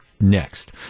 next